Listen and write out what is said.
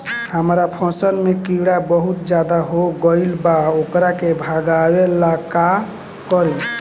हमरा फसल में टिड्डा बहुत ज्यादा हो गइल बा वोकरा के भागावेला का करी?